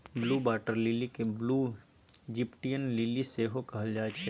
blue water lily केँ blue Egyptian lily सेहो कहल जाइ छै